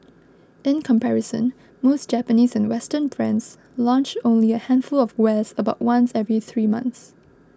in comparison most Japanese and Western brands launch only a handful of wares about once every three months